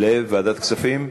לוועדת הכספים.